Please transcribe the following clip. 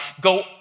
Go